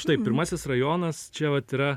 štai pirmasis rajonas čia vat yra